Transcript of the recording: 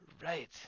Right